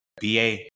Ba